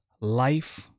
life